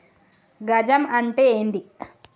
గజం అంటే ఏంది?